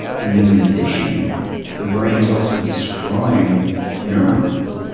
and then in addition the brain is also destroying neurons.